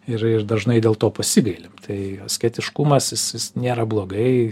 ir ir dažnai dėl to pasigailim tai asketiškumas jis jis nėra blogai